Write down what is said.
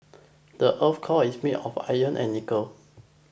the earth's core is made of iron and nickel